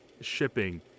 shipping